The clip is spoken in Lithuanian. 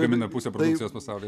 gamina pusę produkcijos pasauly